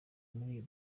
muri